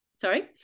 sorry